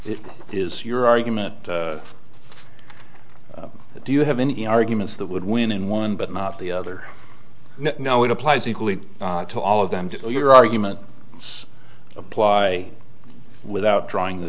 it is your argument do you have any arguments that would win in one but not the other no it applies equally to all of them to your argument apply without drawing